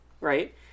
right